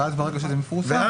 ואז ברגע שזה מפורסם,